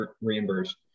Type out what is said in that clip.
reimbursed